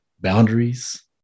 boundaries